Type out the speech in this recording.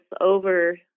over